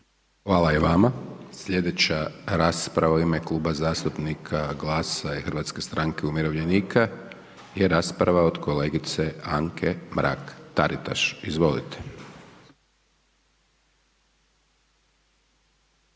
Hvala i vama. Slijedeća rasprava u ime Kluba zastupnika GLAS-a i HSU-u je rasprava od kolegice Anke Mrak-Taritaš. Izvolite.